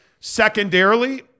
Secondarily